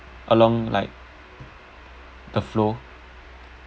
along like the flow